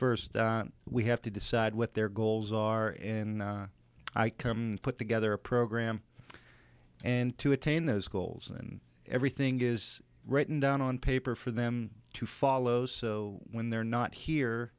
first we have to decide what their goals are in i come put together a program and to attain those goals and everything is written down on paper for them to follow so when they're not here